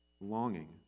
longing